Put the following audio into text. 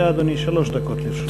בבקשה, אדוני, שלוש דקות לרשותך.